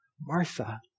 Martha